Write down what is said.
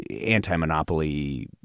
anti-monopoly